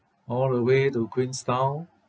all the way to queenstown